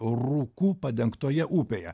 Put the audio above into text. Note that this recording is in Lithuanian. rūku padengtoje upėje